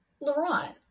Laurent